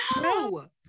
no